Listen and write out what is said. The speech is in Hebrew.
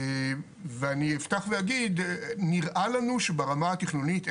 אני אפתח להגיד שנראה לנו שברמה התכנונית,